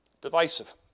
Divisive